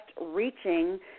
reaching